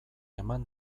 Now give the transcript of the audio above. eman